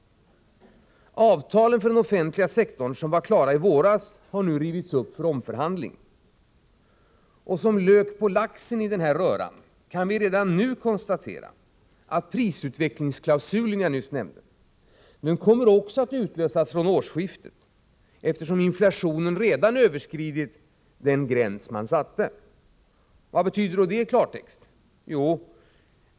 Avtalen för den offentliga sektorn, som var klara i våras, har nu rivits upp för omförhandling. Och som lök på laxen i denna avtalsröra kan vi redan nu konstatera att den prisutvecklingsklausul som jag nyss nämnde också kommer att utlösas från årsskiftet, eftersom inflationen redan överskridit den gräns som man satte. Vad betyder då det i klartext?